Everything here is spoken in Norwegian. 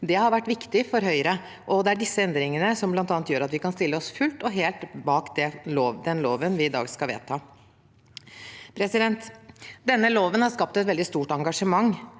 Det har vært viktig for Høyre, og det er disse endringene som bl.a. gjør at vi kan stille oss fullt og helt bak den loven vi i dag skal vedta. Denne loven har skapt et veldig stort engasjement.